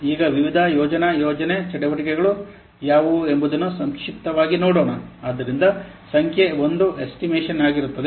ಈಗ ವಿವಿಧ ಯೋಜನಾ ಯೋಜನೆ ಚಟುವಟಿಕೆಗಳು ಯಾವುವು ಎಂಬುದನ್ನು ಸಂಕ್ಷಿಪ್ತವಾಗಿ ನೋಡೋಣ ಆದ್ದರಿಂದ ಸಂಖ್ಯೆ 1 ಎಸ್ಟಿಮೇಶನ್ ಆಗಿರುತ್ತದೆ